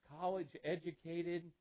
college-educated